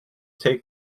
take